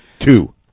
two